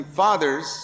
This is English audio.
fathers